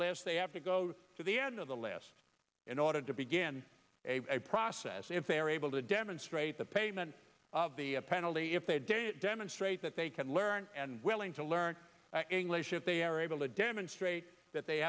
they have to go to the end of the list in order to begin a process if they are able to demonstrate the payment of the penalty if they did demonstrate that they can learn and willing to learn english if they are able to demonstrate that they